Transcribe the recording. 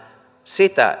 sitä